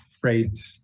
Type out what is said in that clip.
freight